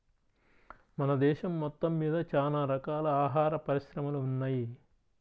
మన దేశం మొత్తమ్మీద చానా రకాల ఆహార పరిశ్రమలు ఉన్నయ్